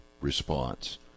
response